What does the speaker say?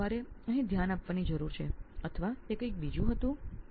આ કારણે આપે આ સમસ્યા પર આપનું ધ્યાન કેન્દ્રિત કર્યું છે અથવા બીજું કઈંક